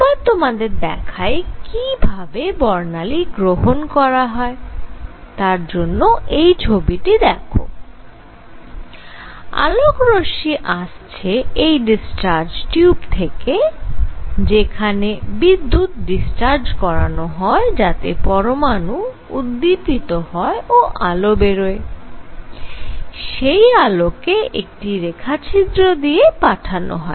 এবার তোমাদের দেখাই কি ভাবে এই বর্ণালী গ্রহন করা হয় তার জন্য এই ছবিটি দেখো আলোকরশ্মি আসছে এই ডিসচার্জ টিউব থেকে যেখানে বিদ্যুৎ ডিসচার্জ করানো হয় যাতে পরমাণু উদ্দীপিত হয় ও আলো বেরোয় সেই আলো কে একটি রেখাছিদ্র দিয়ে পাঠানো হয়